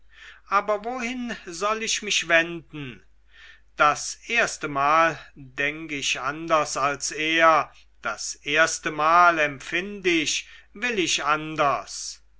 aber wohin soll ich mich wenden das erstemal denk ich anders als er das erstemal empfind ich will ich anders